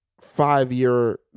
five-year